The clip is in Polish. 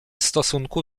stosunku